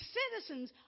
citizens